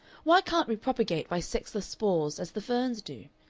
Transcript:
why can't we propagate by sexless spores, as the ferns do?